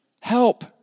help